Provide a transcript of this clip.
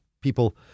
people